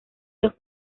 los